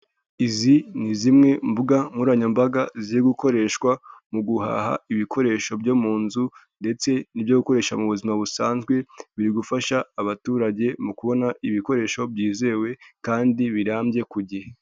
Izi ni zimwe mbuga nkoranyambaga ziri gukoreshwa mu guhaha ibikoresho byo mu nzu ndetse n'ibyo gukoresha mu buzima busanzwe, biri gufasha abaturage mu kubona ibikoresho byizewe kandi birambye, ku gihe.